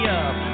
up